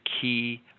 key